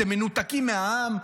אתם מנותקים מהעם.